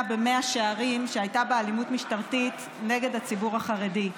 במאה שערים שהייתה בה אלימות משטרתית נגד הציבור החרדי.